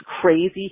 crazy